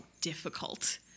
difficult